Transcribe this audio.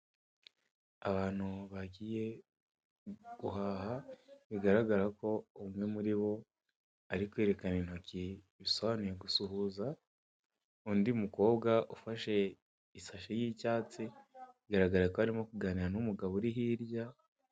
Abantu bagiye guhaha, bigaragara ko umwe ari muri bo ari kwerekana intoki, bisobanuye gusuhuza ,undi mukobwa ufashe isashe y' icyatsi, bigaragara ko arimo kuganira n'umugabo uri hirya....